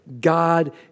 God